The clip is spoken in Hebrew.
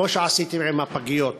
כמו שעשיתם עם הפגיות.